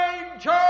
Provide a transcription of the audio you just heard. Ranger